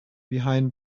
behind